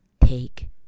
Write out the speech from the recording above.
take